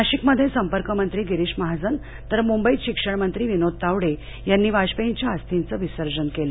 नाशिकमध्ये संपर्कमंत्री गिरीश महाजन तर मुंबईत शिक्षण मंत्री विनोद तावडे यांनी वाजपेयीच्या अस्थिंचं विसर्जन केलं